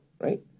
right